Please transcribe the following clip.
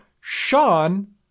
Sean